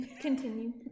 continue